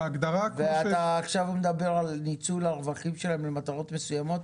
ואתה עכשיו מדבר על ניצול הרווחים שלהם למטרות מסוימות.